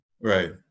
Right